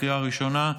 לקריאה ראשונה.